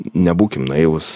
nebūkim naivūs